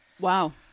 Wow